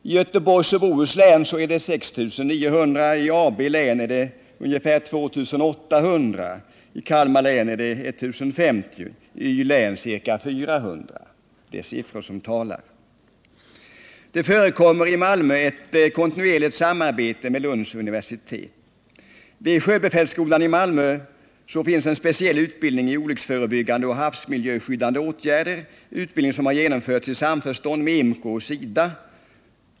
I Göteborgs och Bohus län är det 6 900, i Stockholms län ungefär 2800, i Kalmar län 1050 och i Västernorrlands län ca 400. Det är siffror som talar. Det förekommer i Malmö ett kontinuerligt samarbete med Lunds universitet. Vid sjöbefälsskolan i Malmö finns en specialutbildning i olycksförebyggande och havsmiljöskyddande åtgärder, er: utbildning som genomförts i samförstånd med IMCO och SIDA.